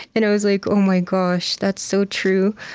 and i was like, oh my gosh, that's so true.